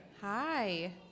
Hi